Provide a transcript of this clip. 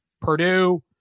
Purdue